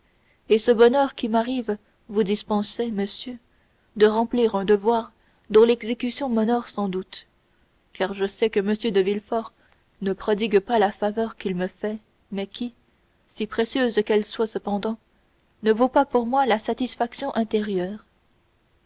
et ce bonheur qui m'arrive vous dispensait monsieur de remplir un devoir dont l'exécution m'honore sans doute car je sais que m de villefort ne prodigue pas la faveur qu'il me fait mais qui si précieuse qu'elle soit cependant ne vaut pas pour moi la satisfaction intérieure